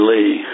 Lee